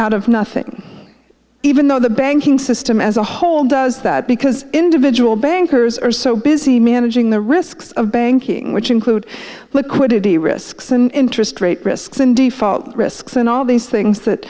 out of nothing even though the banking system as a whole does that because individual bankers are so busy managing the risks of banking which include liquidity risks and interest rate risks and default risks and all these things that